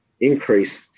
increase